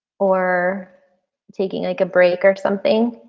or taking like a break or something.